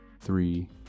three